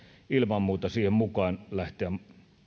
ilman muuta siihen mukaan lähteä